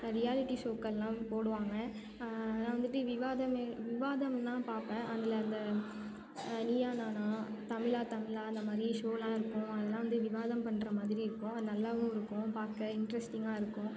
reality ஷோக்கள்லாம் போடுவாங்கள் அதெல்லாம் வந்துட்டு விவாத மே விவாதம்லாம் பார்ப்பேன் அதில் அந்த நீயா நானா தமிழா தமிழா அந்த மாதிரி ஷோவெலாம் இருக்கும் அதெல்லாம் வந்து விவாதம் பண்ணுற மாதிரி இருக்கும் அது நல்லாவும் இருக்கும் பார்க்க இன்ட்ரெஸ்டிங்காக இருக்கும்